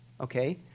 okay